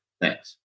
Thanks